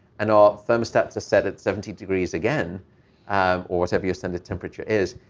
and our thermostats are set at seventy degrees again or whatever your standard temperature is.